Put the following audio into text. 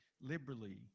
liberally